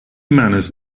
manners